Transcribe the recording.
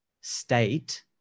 state